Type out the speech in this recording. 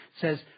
says